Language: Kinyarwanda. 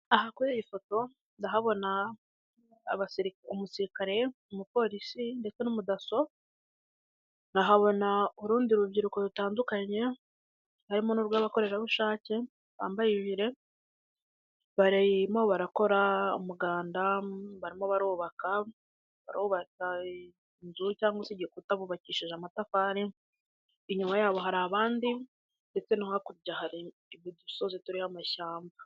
Aha kuri iyi foto ndahabona umusirikare, umuporisi ndetse n'umudaso nkahabona urundi rubyiruko rutandukanye harimo n'urw'abakorerabushake bambaye jire barimo barakora umuganda barimo barubaka barubaka inzu cyangwa se igikuta bubakishije amatafari inyuma yabo hari abandi ndetse no hakurya hari udusozi turiho amashyamba.